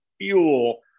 fuel